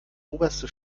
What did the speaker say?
oberste